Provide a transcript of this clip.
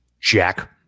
Jack